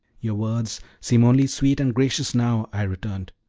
your words seem only sweet and gracious now, i returned.